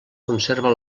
conserva